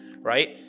right